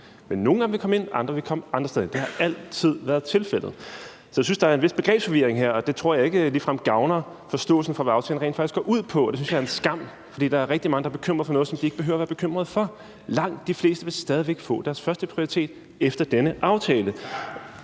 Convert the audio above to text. nogle af dem vil komme ind; andre vil komme andre steder hen. Det har altid været tilfældet. Jeg synes, at der er en vis begrebsforvirring her, og det tror jeg ikke ligefrem gavner forståelsen af, hvad aftalen rent faktisk går ud på, og det synes jeg er en skam. For der er rigtig mange, der er bekymret for noget, som de ikke behøver at være bekymret for. Langt de fleste vil stadig væk få deres førsteprioritet efter denne aftale.